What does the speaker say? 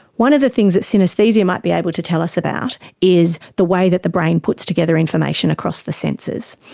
one of the things that synaesthesia might be able to tell us about is the way that the brain puts together information across the senses.